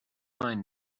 mine